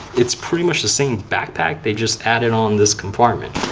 it's pretty much the same backpack. they just added on this compartment.